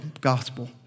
gospel